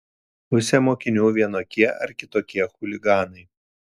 pusė mokinių vienokie ar kitokie chuliganai